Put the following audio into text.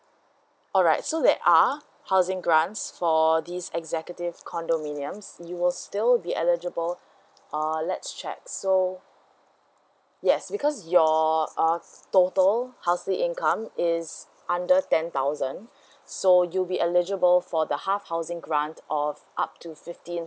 alright so there are housing grants for these executives condominiums you will still be eligible uh let's check so yes because your are total housing income is under ten thousand so you'll be eligible for the half housing grant of up to fifteen